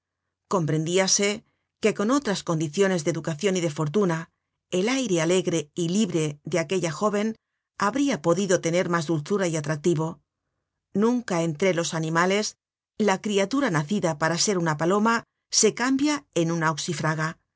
rota comprendíase que con otras condiciones de educacion y de fortuna el aire alegre y libre de aquella jóven habria podido tener mas dulzura y atractivo nunca entre los animales la criatura nacida para ser una paloma se cambia en una